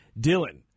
Dylan